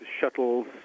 shuttles